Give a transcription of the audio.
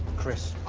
chris.